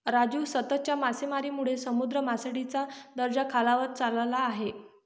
राजू, सततच्या मासेमारीमुळे समुद्र मासळीचा दर्जा खालावत चालला आहे